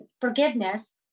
Forgiveness